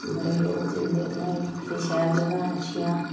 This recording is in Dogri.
बड़े लोक जंदे तोआईं आखदे शैल जगह् न अच्छियां